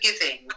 giving